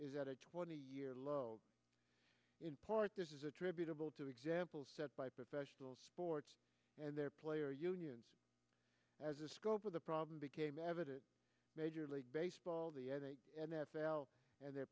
is at a twenty year low in part this is attributable to the example set by professional sports and their player unions as a scope of the problem became evident major league baseball the n f l and their